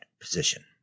position